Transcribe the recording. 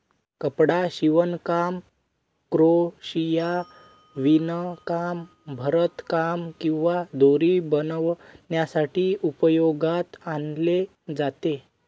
कपडा शिवणकाम, क्रोशिया, विणकाम, भरतकाम किंवा दोरी बनवण्यासाठी उपयोगात आणले जाते